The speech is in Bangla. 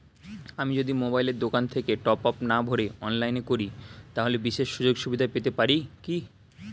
আমি যদি মোবাইলের দোকান থেকে টপআপ না ভরে অনলাইনে করি তাহলে বিশেষ সুযোগসুবিধা পেতে পারি কি?